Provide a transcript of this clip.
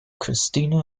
kristina